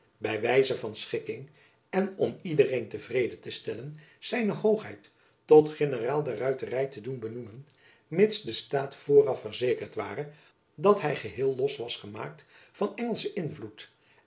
by wijze van schikking en om iedereen tevrede te stellen z hoogheid tot generaal der ruitery te doen benoemen mids de staat vooraf verzekerd ware dat hy geheel los was gemaakt van engelschen invloed